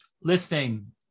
listening